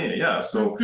yeah. so, yeah!